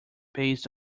based